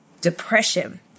depression